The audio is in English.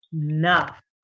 enough